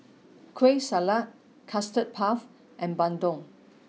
Kueh Salat Custard Puff and Bandung